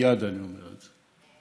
מייד אני אומר את זה.